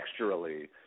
texturally